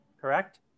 correct